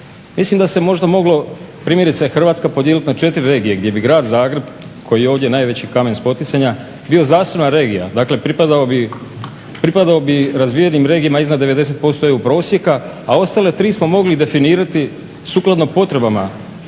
Mislim da se možda moglo primjerice Hrvatska podijeliti na 4 regije gdje bi grad Zagreb koji je ovdje najveći kamen spoticanja bio zasebna regija, dakle pripadao bi razvijenim regijama iznad 90% EU prosjeka, a ostale tri smo mogli definirati sukladno potrebama